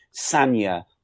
Sanya